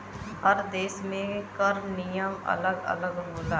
हर देस में कर नियम अलग अलग होला